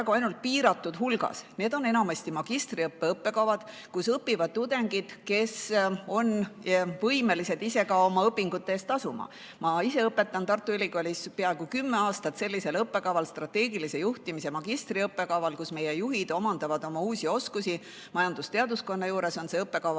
praegu ainult piiratud hulgas. Need on enamasti magistriõppe õppekavad, kus õpivad tudengid, kes on võimelised ise oma õpingute eest tasuma. Ma ise olen Tartu Ülikoolis peaaegu kümme aastat õpetanud sellisel õppekaval nagu strateegilise juhtimise magistriõppekava, kus meie juhid omandavad uusi oskusi. Majandusteaduskonna juures on see õppekava.